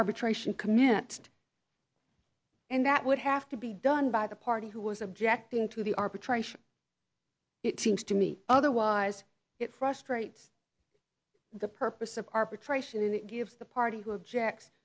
arbitration commit and that would have to be done by the party who was objecting to the arbitration it seems to me otherwise it frustrates the purpose of arbitration it gives the party who object